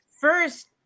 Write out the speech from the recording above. first